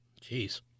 jeez